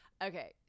Okay